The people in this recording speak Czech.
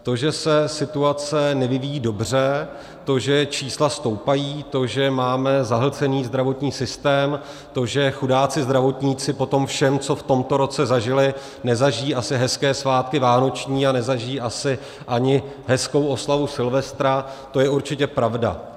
To, že se situace nevyvíjí dobře, to, že čísla stoupají, to, že máme zahlcený zdravotní systém, to, že chudáci zdravotníci po tom všem, co v tomto roce zažili, nezažijí asi hezké svátky vánoční a nezažijí asi ani hezkou oslavu silvestra, to je určitě pravda.